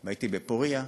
הייתי בפוריה,